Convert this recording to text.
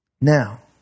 Now